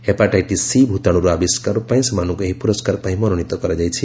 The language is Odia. ହେପାଟାଇଟିସ୍ ସି' ଭୂତାଣୁର ଆବିଷ୍କାର ପାଇଁ ସେମାନଙ୍କୁ ଏହି ପୁରସ୍କାର ପାଇଁ ମନୋନୀତ କରାଯାଇଛି